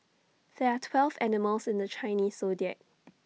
there are twelve animals in the Chinese Zodiac